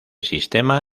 sistema